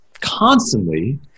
constantly